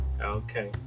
Okay